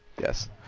yes